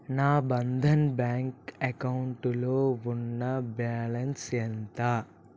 నా బంధన్ బ్యాంక్ అకౌంటులో ఉన్న బ్యాలెన్స్ ఎంత